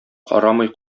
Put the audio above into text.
карамый